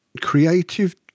creative